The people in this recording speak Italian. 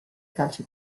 calci